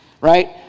Right